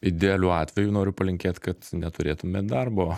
idealiu atveju noriu palinkėt kad neturėtumėt darbo